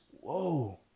Whoa